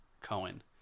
Cohen